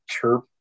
chirp